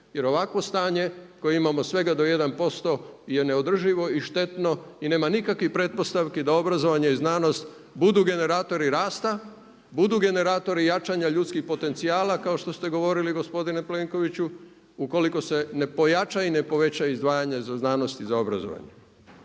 Jer ovakvo stanje koje imamo svega do 1% je neodrživo i štetno i nema nikakvih pretpostavki da obrazovanje i znanost budu generatori rasta, budu generatori jačanja ljudskih potencijala kao što ste govorili gospodine Plenkoviću ukoliko se ne pojača i ne poveća izdvajanje za znanost i za obrazovanje.